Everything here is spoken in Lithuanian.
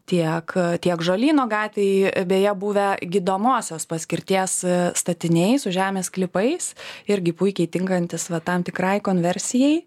tiek tiek žolyno gatvėj beje buvę gydomosios paskirties statiniai su žemės sklypais irgi puikiai tinkantys va tam tikrai konversijai